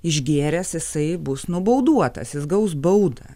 išgėręs jisai bus nubauduotas jis gaus baudą